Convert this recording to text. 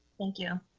thank you.